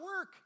work